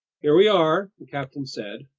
here we are, the captain said.